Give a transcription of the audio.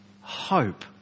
hope